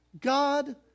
God